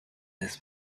this